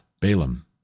Balaam